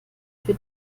für